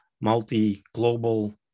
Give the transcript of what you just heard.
multi-global